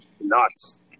nuts